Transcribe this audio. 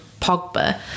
Pogba